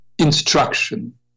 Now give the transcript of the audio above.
instruction